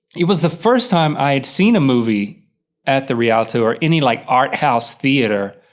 it was the first time i'd seen a movie at the rialto, or any, like, art house theater.